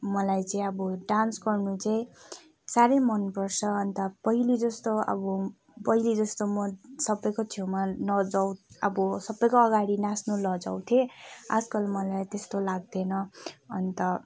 मलाई चाहिँ अब डान्स गर्नु चाहिँ साह्रै मनपर्छ अन्त पहिले जस्तो अब पहिले जस्तो म सबैको छेउमा लजाउँ अब सबैको अघाडि नाच्नु लजाउँथेँ आजकल मलाई त्यस्तो लाग्दैन अन्त